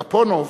גפונוב,